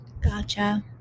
Gotcha